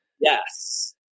Yes